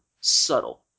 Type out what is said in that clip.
subtle